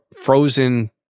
frozen